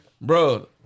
Bro